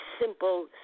simple